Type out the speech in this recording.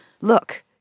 Look